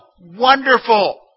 Wonderful